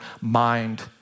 mind